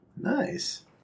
Nice